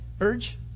urge